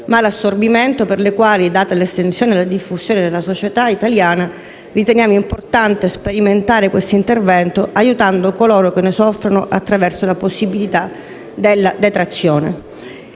malassorbimento per le quali, date l'estensione e la diffusione nella società italiana, riteniamo importante sperimentare quest'intervento, aiutando coloro che ne soffrono attraverso la possibilità della detrazione.